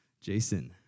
Jason